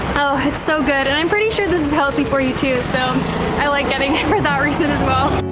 oh, it's so good. and i'm pretty sure this is healthy for you too. so i like getting it for that reason as well.